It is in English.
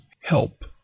help